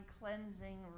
cleansing